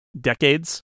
decades